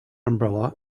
umbrella